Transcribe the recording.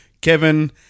Kevin